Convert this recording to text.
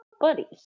buddy